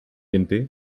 ump